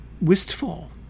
wistful